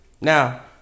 Now